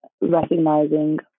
recognizing